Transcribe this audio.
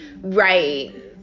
Right